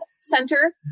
center